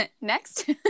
Next